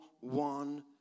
one